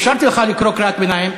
אפשרתי לך לקרוא קריאת ביניים,